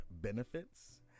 benefits